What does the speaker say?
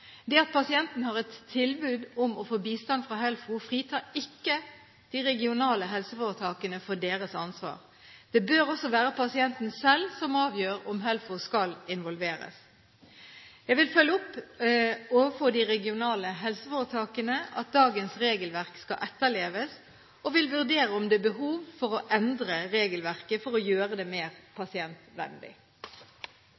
Det at pasienten har et tilbud om å få bistand fra HELFO, fritar ikke de regionale helseforetakene for deres ansvar. Det bør også være pasienten selv som avgjør om HELFO skal involveres. Jeg vil følge opp overfor de regionale helseforetakene at dagens regelverk skal etterleves, og vil vurdere om det er behov for å endre regelverket for å gjøre det mer